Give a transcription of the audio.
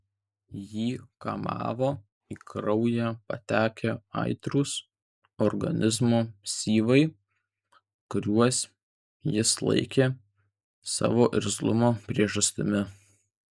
jį kamavo į kraują patekę aitrūs organizmo syvai kuriuos jis laikė savo irzlumo priežastimi